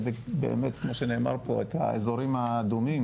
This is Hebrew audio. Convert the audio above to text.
ולהפוך את האזורים האדומים